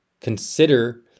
consider